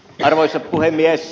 arvoisa puhemies